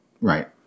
right